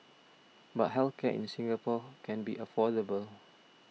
but health care in Singapore can be affordable